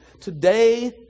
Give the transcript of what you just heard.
today